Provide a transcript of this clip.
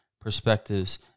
perspectives